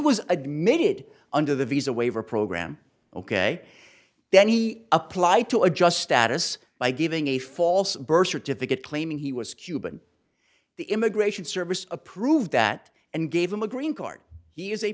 was admitted under the visa waiver program ok then he applied to adjust status by giving a false birth certificate claiming he was cuban the immigration service approved that and gave him a green card